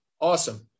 Awesome